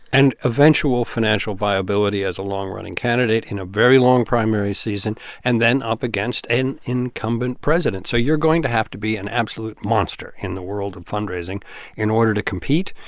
and eventual financial viability as a long-running candidate in a very long primary season and then up against an incumbent president. so you're going to have to be an absolute monster in the world of fundraising in order to compete.